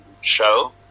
show